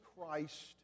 Christ